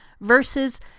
versus